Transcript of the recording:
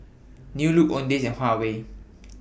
New Look Owndays and Huawei